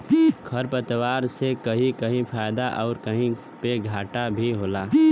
खरपात से कहीं कहीं फायदा आउर कहीं पे घाटा भी होला